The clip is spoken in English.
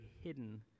hidden